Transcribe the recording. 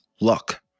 luck